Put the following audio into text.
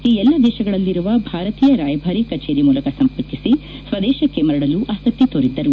ಈ ಎಲ್ಲ ದೇಶಗಳಲ್ಲಿ ಇರುವ ಭಾರತೀಯ ರಾಯಭಾರಿ ಕಚೇರಿಯನ್ನು ಇವರು ಸಂಪರ್ಕಿಸಿ ಸ್ವದೇಶಕ್ಕೆ ಮರಳಲು ಆಸಕ್ತಿ ತೋರಿದ್ದರು